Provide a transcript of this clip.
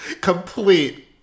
complete